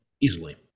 Easily